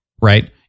Right